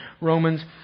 Romans